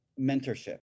mentorship